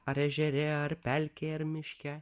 ar ežere ar pelkėj ar miške